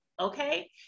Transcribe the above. okay